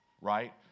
right